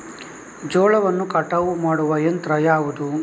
ಜೋಳವನ್ನು ಕಟಾವು ಮಾಡುವ ಯಂತ್ರ ಯಾವುದು?